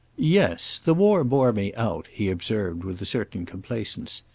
yes. the war bore me out, he observed with a certain complacence.